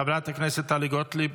חברת הכנסת טלי גוטליב,